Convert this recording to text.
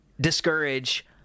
discourage